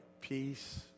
peace